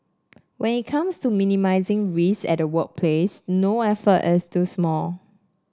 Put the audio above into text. when it comes to minimising risks at the workplace no effort is too small